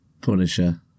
Punisher